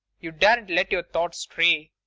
you daren't let your thoughts stray,